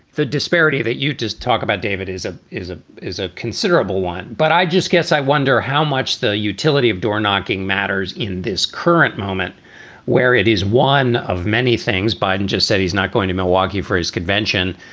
the disparity that you just talk about, david, is a is a is a considerable one. but i just guess i wonder how much the utility of door knocking matters in this current moment where it is one of many things biden just said. he's not going to milwaukee for his convention.